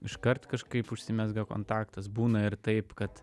iškart kažkaip užsimezga kontaktas būna ir taip kad